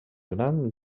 gran